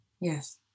yes